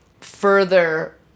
further